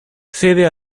sede